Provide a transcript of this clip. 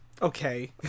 Okay